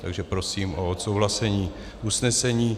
Takže prosím o odsouhlasení usnesení.